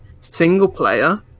single-player